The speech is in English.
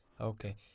Okay